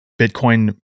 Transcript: Bitcoin